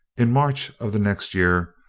in march of the next year,